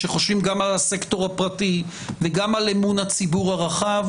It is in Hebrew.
שחושבים גם על הסקטור הפרטי וגם על אמון הציבור הרחב,